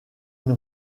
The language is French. une